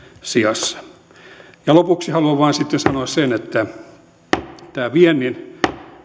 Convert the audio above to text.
sijassa lopuksi haluan vain sanoa sen että viennin